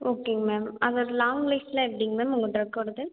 ஓகேங்க மேம் அதோட லாங்லைஃப்லாம் எப்டிங்க மேம் உங்கள் டிரக்கோடது